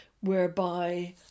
whereby